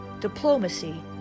diplomacy